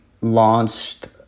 launched